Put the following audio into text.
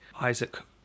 Isaac